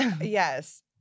Yes